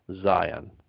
Zion